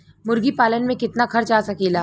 मुर्गी पालन में कितना खर्च आ सकेला?